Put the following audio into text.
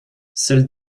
seules